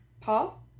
Paul